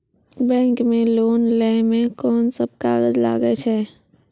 Bank मे loan लै मे कोन सब कागज लागै छै?